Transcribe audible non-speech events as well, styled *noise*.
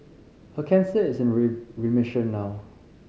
her cancer is *unintelligible* remission now